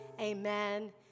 amen